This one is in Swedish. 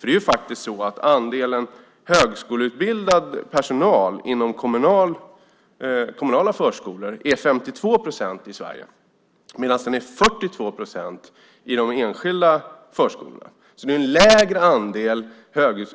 Det är faktiskt så att andelen högskoleutbildad personal inom kommunala förskolor är 52 procent i Sverige, medan den är 42 procent i de enskilda verksamheterna, så det är en lägre andel